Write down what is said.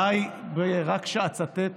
די שרק אצטט